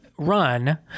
run